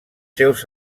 seus